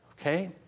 Okay